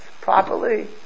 properly